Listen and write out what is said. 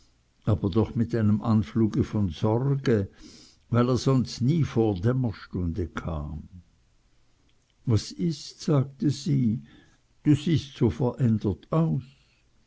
aber doch mit einem anfluge von sorge weil er sonst nie vor dämmerstunde kam was ist sagte sie du siehst so verändert aus